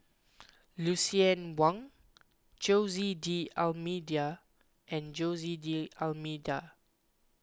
Lucien Wang Jose D'Almeida and Jose D'Almeida